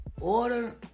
Order